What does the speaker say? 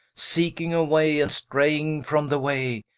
seeking a way, and straying from the way,